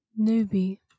Newbie